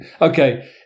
okay